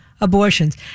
abortions